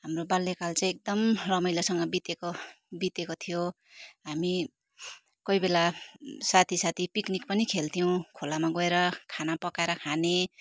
हाम्रो बाल्यकाल चाहिँ एकदम रमाइलोसँग बितेको बितेको थियो हामी कोही बेला साथी साथी पिक्निक पनि खेल्थ्यौँ खोलामा गएर खाना पकाएर खाने